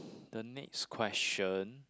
the next question